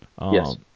Yes